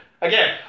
Again